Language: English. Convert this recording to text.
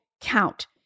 count